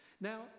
Now